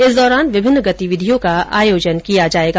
इस दौरान विभिन्न गतिविधियों का आयोजन किया जायेगा